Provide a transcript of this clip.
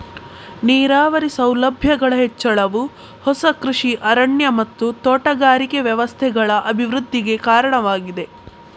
ನೀರಾವರಿ ಸೌಲಭ್ಯಗಳ ಹೆಚ್ಚಳವು ಹೊಸ ಕೃಷಿ ಅರಣ್ಯ ಮತ್ತು ತೋಟಗಾರಿಕೆ ವ್ಯವಸ್ಥೆಗಳ ಅಭಿವೃದ್ಧಿಗೆ ಕಾರಣವಾಗಿದೆ